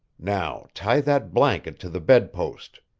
now tie that blanket to the bedpost.